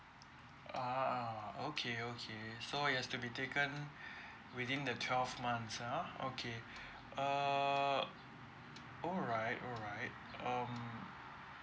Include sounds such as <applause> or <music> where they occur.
a'ah okay okay so it has to be taken <breath> within the twelve months ah okay err alright alright um